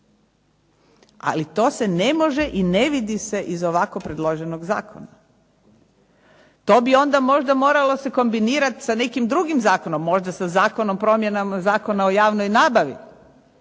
Ali to se ne može i ne vidi se iz ovako predloženog zakona. To bi onda možda moralo se kombinirati sa nekim drugim zakonom, možda sa zakonom, promjenama Zakona o javnoj nabavi,